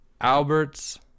Albert's